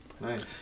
Nice